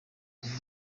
muri